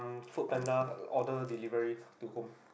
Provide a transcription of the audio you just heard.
FoodPanda order delivery to home